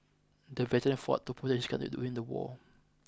the veteran fought to protect his country during the war